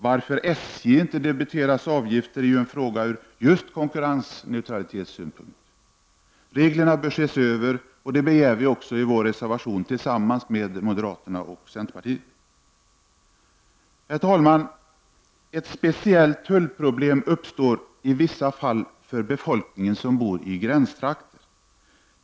Varför SJ inte debiteras avgifter är en fråga från just konkurrensneutralitetssynpunkt. Reglerna bör ses över, och det begär vi också i vår reservation tillsammans med moderaterna och centerpartiet. Herr talman! Ett speciellt tullproblem uppstår i vissa fall för befolkningen i gränstrakter.